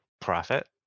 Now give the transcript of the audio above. profit